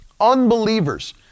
unbelievers